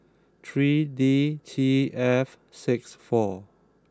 three D T F six four